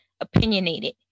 opinionated